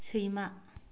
सैमा